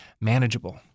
manageable